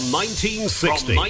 1960